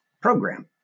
Program